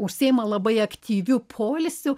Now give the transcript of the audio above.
užsiima labai aktyviu poilsiu